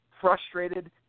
frustrated